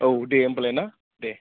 औ दे होनबालाय ना दे